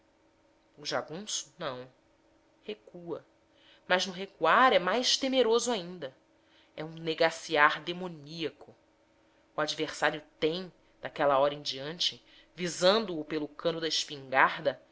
o jagunço não recua mas no recuar é mais temeroso ainda é um negacear demoníaco o adversário tem daquela hora em diante visando o pelo cano da espingarda